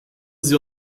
sie